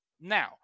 Now